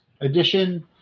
edition